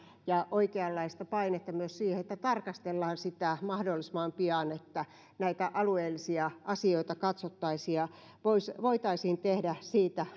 ja oikeanlaista painetta myös siihen että tarkastellaan sitä mahdollisimman pian että näitä alueellisia asioita katsottaisiin ja voitaisiin tehdä siitä